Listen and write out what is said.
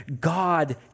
God